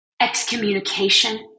excommunication